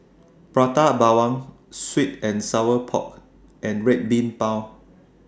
Prata Bawang Sweet and Sour Pork and Red Bean Bao